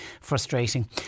frustrating